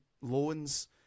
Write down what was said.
loans